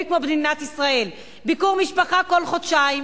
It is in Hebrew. כמו במדינת ישראל: ביקור משפחה כל חודשיים,